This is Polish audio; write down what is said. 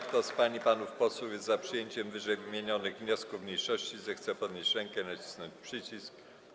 Kto z pań i panów posłów jest za przyjęciem ww. wniosków mniejszości, zechce podnieść rękę i nacisnąć przycisk.